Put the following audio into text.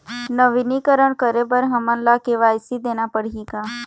नवीनीकरण करे बर हमन ला के.वाई.सी देना पड़ही का?